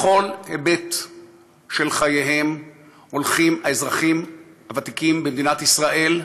בכל היבט של חייהם הולכים האזרחים הוותיקים במדינת ישראל,